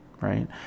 right